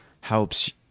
helps